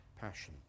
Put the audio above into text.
passion